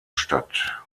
stadt